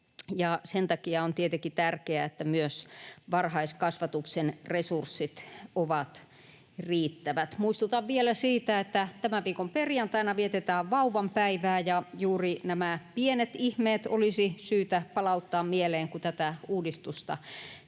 Sen takia on tietenkin tärkeää, että myös varhaiskasvatuksen resurssit ovat riittävät. Muistutan vielä siitä, että tämän viikon perjantaina vietetään vauvan päivää, ja juuri nämä pienet ihmeet olisi syytä palauttaa mieleen, kun tätä uudistusta käsittelemme.